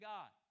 God